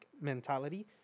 mentality